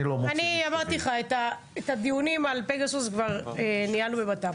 אני אמרתי לך: את הדיונים על פגסוס כבר ניהלנו בבט"פ.